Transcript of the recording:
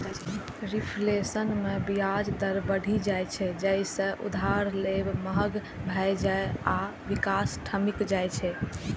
reflation मे ब्याज दर बढ़ि जाइ छै, जइसे उधार लेब महग भए जाइ आ विकास ठमकि जाइ छै